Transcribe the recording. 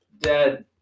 Dead